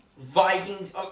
Vikings